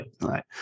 right